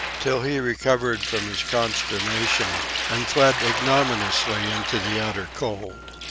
till he recovered from his consternation and fled ignominiously into the outer cold.